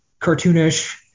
cartoonish